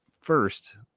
first